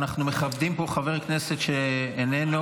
אנחנו מכבדים פה חבר כנסת שאיננו.